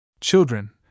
Children